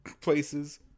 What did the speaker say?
places